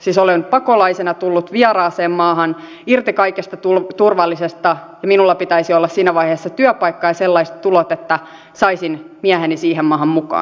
siis olen pakolaisena tullut vieraaseen maahan irti kaikesta turvallisesta ja minulla pitäisi olla siinä vaiheessa työpaikka ja sellaiset tulot että saisin mieheni siihen maahan mukaan